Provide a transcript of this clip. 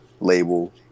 label